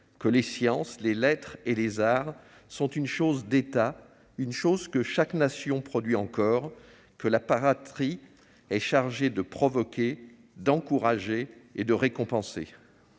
que les sciences, les lettres et les arts sont une chose d'État, une chose que chaque nation produit en corps, que la patrie est chargée de provoquer, d'encourager et de récompenser.